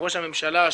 ראש הממשלה,